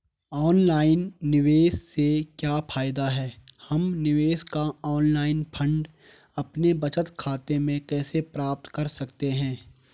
Online निवेश से क्या फायदा है हम निवेश का ऑनलाइन फंड अपने बचत खाते में कैसे प्राप्त कर सकते हैं?